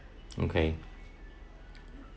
okay